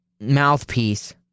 mouthpiece